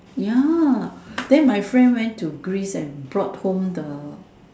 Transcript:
ya then my friend went to Greece and brought home the